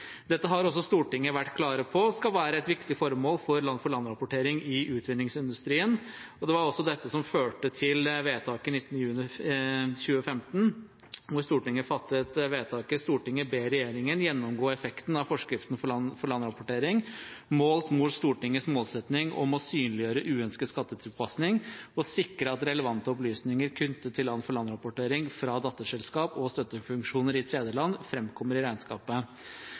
Dette har også Stortinget vært klar på skal være et viktig formål for land-for-land-rapportering i utvinningsindustrien, og det var også dette som førte til følgende vedtak den 19. juni 2015: «Stortinget ber regjeringen gjennomgå effekten av forskriftene for LLR-rapportering, målt mot Stortingets målsetning om å synliggjøre uønsket skattetilpasning og sikre at relevante opplysninger knyttet til land-for-land-rapportering fra datterselskap og støttefunksjoner i tredjeland fremkommer i regnskapet.»